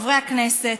חברי הכנסת,